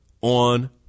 on